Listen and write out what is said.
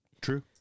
true